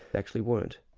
actually weren't.